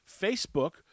Facebook